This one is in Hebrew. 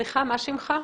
סליחה, מה שמך?